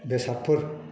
बेसादफोर